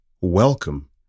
welcome